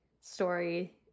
story